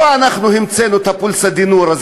לא אנחנו המצאנו את ה"פולסא דנורא",